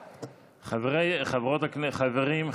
חברים.